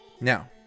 Now